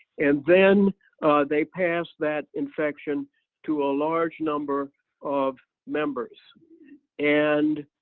and then they passed that infection to a large number of members and